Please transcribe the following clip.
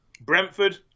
Brentford